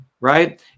right